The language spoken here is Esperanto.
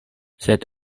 sed